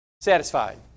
Satisfied